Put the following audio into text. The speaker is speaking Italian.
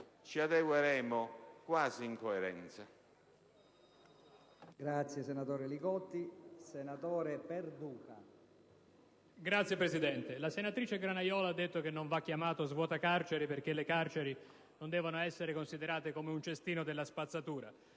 ci adegueremo quasi incoerenza.